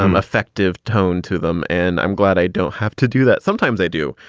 um effective tone to them. and i'm glad i don't have to do that. sometimes i do.